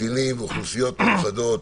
קטינים ואוכלוסיות מיוחדות,